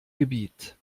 gebiet